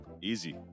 Easy